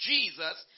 Jesus